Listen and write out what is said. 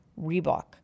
Reebok